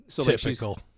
Typical